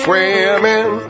Swimming